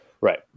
Right